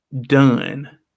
Done